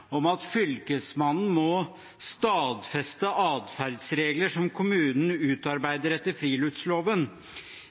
om å oppheve kravet i loven om at Fylkesmannen må stadfeste adferdsregler som kommunen utarbeider etter friluftsloven.